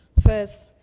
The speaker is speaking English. first,